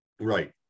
Right